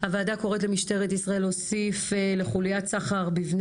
הוועדה קוראת למשטרת ישראל להוסיף לחוליית סחר בבני